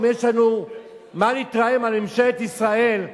אם יש לנו מה להתרעם על ממשלת ישראל,